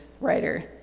writer